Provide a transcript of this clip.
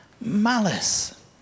malice